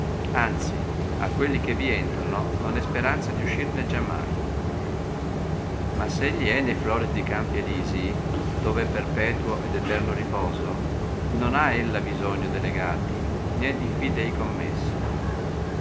anzi a quelli che vi entrano non è speranza di uscirne giamai ma se gli è ne floridi campi elisii dove è perpetuo ed eterno riposo non ha ella bisogno de legati né di fideicommessi ma